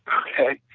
okay?